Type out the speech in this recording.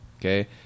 okay